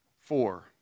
four